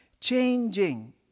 changing